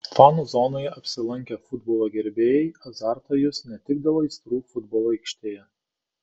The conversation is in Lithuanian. fanų zonoje apsilankę futbolo gerbėjai azartą jus ne tik dėl aistrų futbolo aikštėje